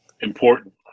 important